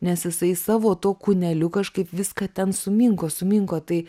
nes jisai savo tuo kūneliu kažkaip viską ten suminko suminko tai